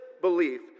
belief